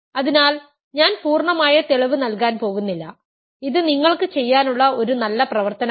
അതിനാൽ ഞാൻ പൂർണ്ണമായ തെളിവ് നൽകാൻ പോകുന്നില്ല ഇത് നിങ്ങൾക്ക് ചെയ്യാനുള്ള ഒരു നല്ല പ്രവർത്തനമാണ്